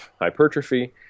hypertrophy